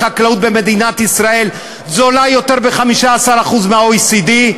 החקלאות במדינת ישראל זולה ב-15% מזו של ה-OECD,